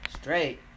straight